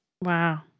Wow